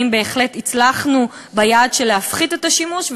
האם הצלחנו ביעד של להפחית את השימוש,